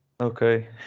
Okay